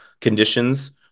conditions